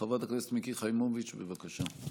חברת הכנסת מיקי חיימוביץ', בבקשה.